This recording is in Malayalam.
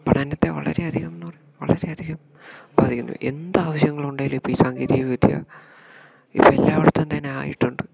പഠനത്തെ വളരെയധികം എന്ന് പറയു വളരെയധികം ബാധിക്കുന്നു എന്ത് ആവശ്യങ്ങളുണ്ടെങ്കിലും ഇപ്പം ഈ സാങ്കേതികവിദ്യ ഇപ്പം എല്ലായിടത്തുംതന്നെ ആയിട്ടുണ്ട്